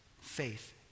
faith